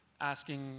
asking